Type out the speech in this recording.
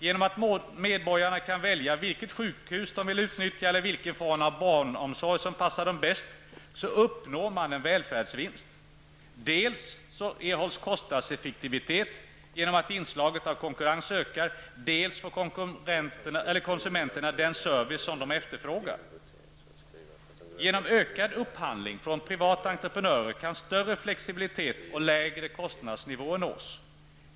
Genom att medborgarna kan välja vilket sjukhus de vill utnyttja eller vilken form av barnomsorg som passar dem bäst, uppnår man en välfärdsvinst. Dels erhålls kostnadseffektivitet genom att inslaget av konkurrens ökar, dels får konsumenterna den service som de efterfrågar. Genom ökad upphandling från privata entreprenörer kan större flexibilitet och lägre kostnadsnivåer nås.